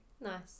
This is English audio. nice